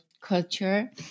culture